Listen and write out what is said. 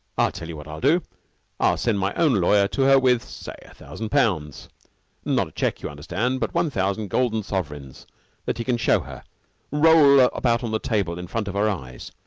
i'll tell you what i'll do. i'll send my own lawyer to her with say, a thousand pounds not a check, you understand, but one thousand golden sovereigns that he can show her roll about on the table in front of her eyes.